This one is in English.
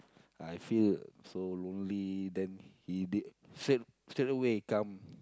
I feel so lonely then he did straight straight away come